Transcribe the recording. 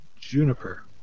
Juniper